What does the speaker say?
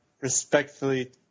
respectfully